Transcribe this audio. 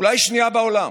אולי השנייה בעולם.